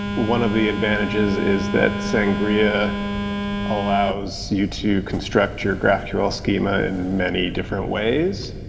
one of the advantages is that sangria allows you to construct your graphql schema in many different ways.